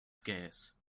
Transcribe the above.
scarce